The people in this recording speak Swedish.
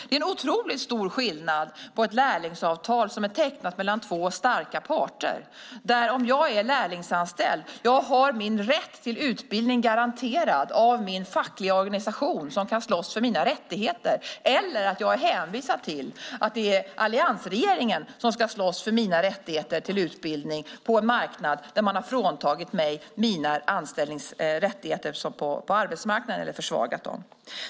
Det är otroligt stor skillnad på ett lärlingsavtal som är tecknat mellan två starka parter där jag om jag är lärlingsanställd har min rätt till utbildning garanterad av min fackliga organisation, som kan slåss för mina rättigheter, och att vara hänvisad till att alliansregeringen ska slåss för mina rättigheter till utbildning på en marknad där man har fråntagit mig mina rättigheter på arbetsmarknaden eller försvagat dem.